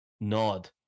Nod